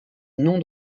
nom